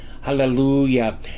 hallelujah